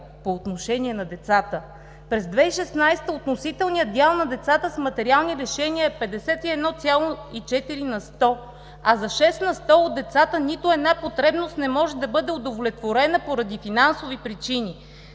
по отношение на децата. През 2016 г. относителният дял на децата с материални лишения е 51,4 на сто, а за 6 на сто от децата нито една потребност не може да бъде удовлетворена поради финансови причини.